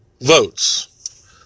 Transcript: votes